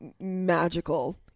magical